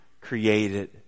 created